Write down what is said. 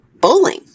bowling